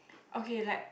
okay like